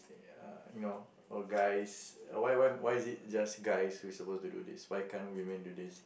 uh you know oh guys why why why is it just guys who's supposed to do this why can't women do this